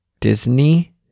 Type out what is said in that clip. Disney